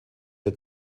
der